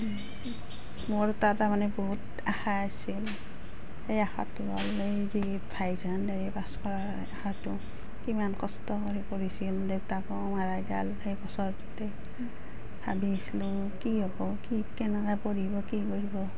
মোৰ এটা তাৰমানে বহুত আশা আছিল এই আশাটো এই যি হাই ছেকেণ্ডাৰী পাছ কৰা আশাটো কিমান কষ্ট কৰি পঢ়িছিল দেউতাকো মাৰা গ'ল সেই বছৰতে ভাবি আছিলো কি হ'ব কি কেনেকৈ পঢ়িব কি পঢ়িব